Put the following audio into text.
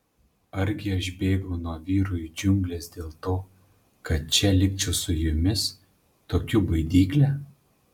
argi aš bėgau nuo vyrų į džiungles dėl to kad čia likčiau su jumis tokiu baidykle